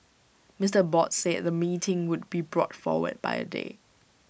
Mister Abbott said the meeting would be brought forward by A day